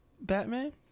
Batman